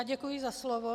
Děkuji za slovo.